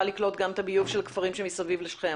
שדרוג והשקיה של איזה 600 עד 800 דונם פלסטינים משפכי המט"ש.